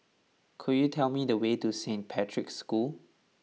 could you tell me the way to Saint Patrick's School